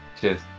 Cheers